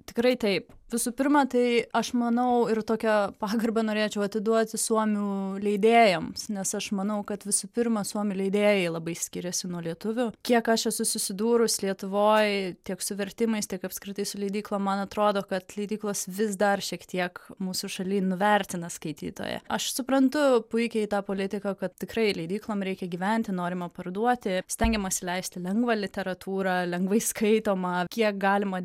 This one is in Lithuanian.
tikrai taip visų pirma tai aš manau ir tokią pagarbą norėčiau atiduoti suomių leidėjams nes aš manau kad visų pirma suomių leidėjai labai skiriasi nuo lietuvių kiek aš esu susidūrus lietuvoj tiek su vertimais tiek apskritai su leidyklom man atrodo kad leidyklos vis dar šiek tiek mūsų šaly nuvertina skaitytoją aš suprantu puikiai tą politiką kad tikrai leidyklom reikia gyventi norima parduoti stengiamasi leisti lengvą literatūrą lengvai skaitomą kiek galima